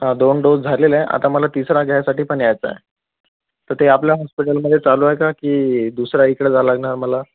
दोन डोझ झालेले आहे आता मला तिसरा घ्यायसाठी पण यायचं आहे त ते आपल्या हॉस्पिटलमध्ये चालू आहे का की दुसऱ्या इकडे जावं लागणार मला